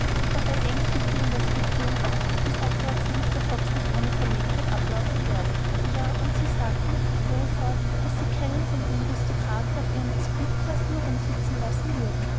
dabei ängstigte ihn das gefühl daß die sache auch für mr hobbs nicht ohne verlegenheit ablaufen werde ja und sie sagten fuhr er fort daß sie keinen von den ristokraten auf ihren biskuitkisten herumsitzen lassen würden